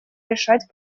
решать